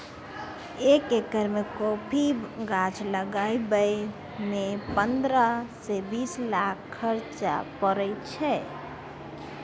एक एकर मे कॉफी गाछ लगाबय मे पंद्रह सँ बीस लाखक खरचा परय छै